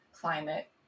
climate